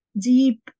deep